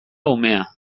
umea